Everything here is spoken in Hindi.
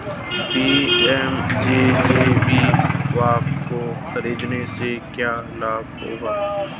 पी.एम.जे.जे.बी.वाय को खरीदने से क्या लाभ होगा?